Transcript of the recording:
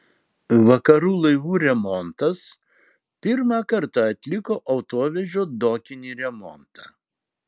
vakarų laivų remontas pirmą kartą atliko autovežio dokinį remontą